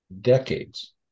decades